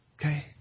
Okay